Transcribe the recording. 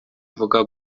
mvuga